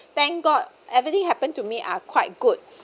thank god everything happen to me are quite good